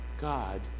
God